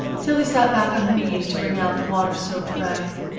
tillie sat back on her knees to wring out the water-soaked rag.